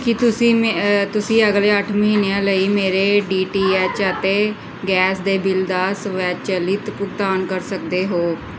ਕੀ ਤੁਸੀਂਂ ਮੇ ਤੁਸੀਂਂ ਅਗਲੇ ਅੱਠ ਮਹੀਨਿਆਂ ਲਈ ਮੇਰੇ ਡੀ ਟੀ ਐਚ ਅਤੇ ਗੈਸ ਦੇ ਬਿੱਲ ਦਾ ਸਵੈਚਲਿਤ ਭੁਗਤਾਨ ਕਰ ਸਕਦੇ ਹੋ